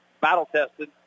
battle-tested